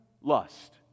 lust